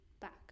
back